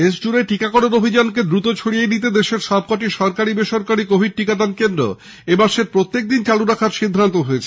দেশ জুড়ে টিকাকরণ অভিযানকে দ্রুত ছড়িয়ে দিতে দেশের সবকটি সরকারি বেসরকারি কোভিড টিকাদান কেন্দ্র এমাসের প্রত্যেকদিন চালু রাখার সিদ্ধান্ত নেওয়া হয়েছে